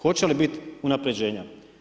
Hoće li biti unapređenja.